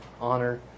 honor